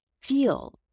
feel